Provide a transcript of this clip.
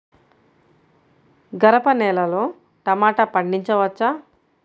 గరపనేలలో టమాటా పండించవచ్చా?